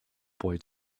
boy